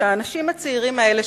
שהאנשים הצעירים האלה,